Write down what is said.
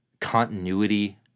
continuity